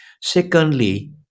Secondly